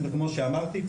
כמו שאמרתי,